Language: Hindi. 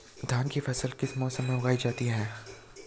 धान की फसल किस मौसम में उगाई जाती है?